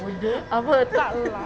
apa tak lah